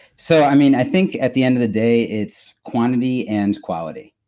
so, i mean, i think at the end of the day it's quantity and quality